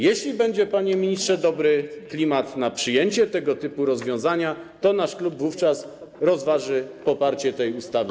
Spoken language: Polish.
Jeśli będzie, panie ministrze, dobry klimat na przyjęcie tego typu rozwiązania, to nasz klub wówczas rozważy poparcie tej ustawy.